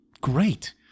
great